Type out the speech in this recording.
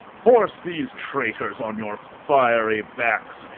horse these traitors on your fiery backs,